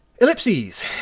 Ellipses